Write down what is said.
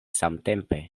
samtempe